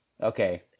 Okay